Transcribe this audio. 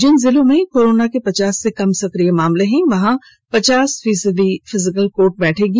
जिन जिलों में कोरोना के पचास से कम सक्रिय केस हैं वहां पचास फीसदी फिजिकल कोर्ट बैठेगी